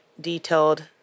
detailed